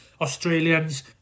Australians